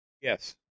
Yes